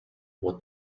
what